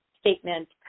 statement